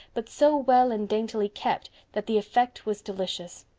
but so well and daintily kept that the effect was delicious.